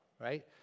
right